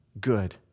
good